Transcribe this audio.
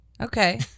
Okay